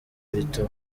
bita